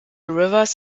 rivers